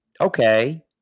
okay